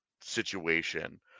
situation